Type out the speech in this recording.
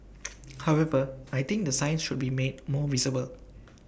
however I think the signs should be made more visible